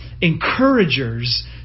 encouragers